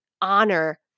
honor